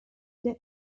der